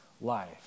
life